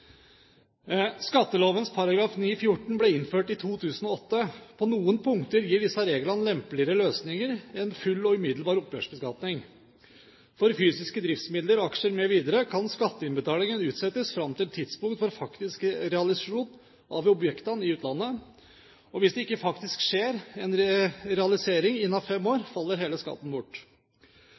ble innført i 2008. På noen punkter gir disse reglene lempeligere løsninger enn full og umiddelbar opphørsbeskatning. For fysiske driftsmidler, aksjer mv. kan skatteinnbetalingen utsettes fram til et tidspunkt for faktisk realisasjon av objektene i utlandet. Hvis det ikke faktisk skjer en realisering innen fem år, faller hele skatten bort.